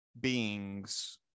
beings